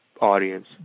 audience